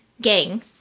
gang